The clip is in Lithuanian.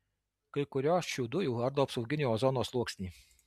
kai kurios šių dujų ardo apsauginį ozono sluoksnį